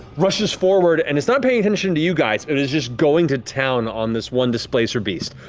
rushes forward and it's not paying attention to you guys. it is just going to town on this one displacer beast.